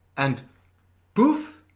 and poof!